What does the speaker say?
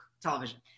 television